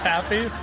Happy